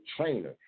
trainer